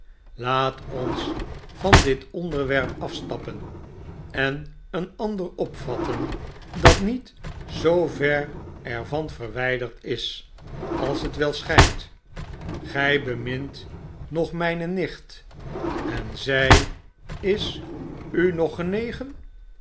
laat ons van dit onderwerp afstappen en een ander opvatten dat niet zoover er van verwijderd is als het wel schijnt gij bemint nog mijne nicht en zij is u nog genegen